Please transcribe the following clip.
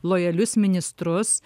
lojalius ministrus